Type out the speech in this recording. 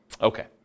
Okay